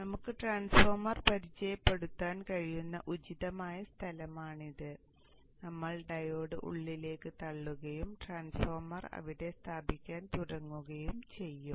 നമുക്ക് ട്രാൻസ്ഫോർമർ പരിചയപ്പെടുത്താൻ കഴിയുന്ന ഉചിതമായ സ്ഥലമാണിത് നമ്മൾ ഡയോഡ് ഉള്ളിലേക്ക് തള്ളുകയും ട്രാൻസ്ഫോർമർ അവിടെ സ്ഥാപിക്കാൻ തുടങ്ങുകയും ചെയ്യും